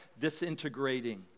disintegrating